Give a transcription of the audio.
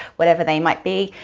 whatever they might be.